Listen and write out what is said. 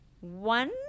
one